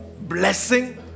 blessing